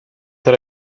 that